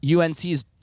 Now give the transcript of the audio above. UNC's